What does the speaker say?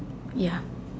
ya